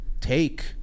take